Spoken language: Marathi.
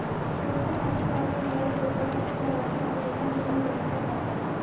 संयुक्त खाती सहसा विवाहित जोडप्यासारख्या जवळच्या नातेवाईकांकडून उघडली जातात